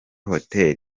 hotel